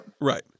Right